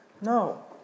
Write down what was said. No